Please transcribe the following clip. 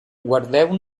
guardeu